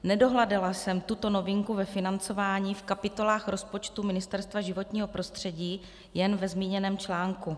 Nedohledala jsem tuto novinku ve financování v kapitolách rozpočtu Ministerstva životního prostředí, jen ve zmíněném článku.